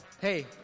Hey